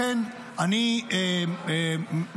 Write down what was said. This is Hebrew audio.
לכן אני מצפה,